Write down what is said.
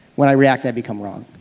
when i react, i become wrong.